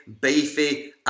Beefy